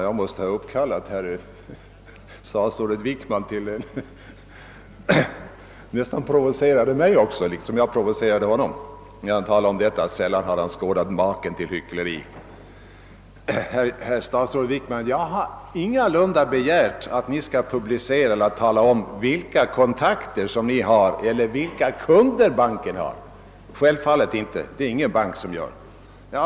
Herr talman! Liksom jag tydligen provocerade statsrådet Wickman har han provocerat mig genom att säga att han sällan skådat maken till hyckleri. Jag har ingalunda begärt att ni skall tala om vilka kontakter och kunder banken har. Självfallet inte; det är ingen bank som gör det.